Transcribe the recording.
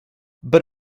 but